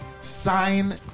sign